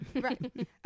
right